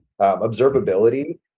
Observability